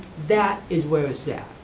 that is where it's yeah